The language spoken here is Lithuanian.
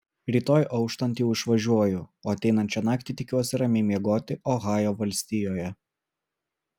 rytoj auštant jau išvažiuoju o ateinančią naktį tikiuosi ramiai miegoti ohajo valstijoje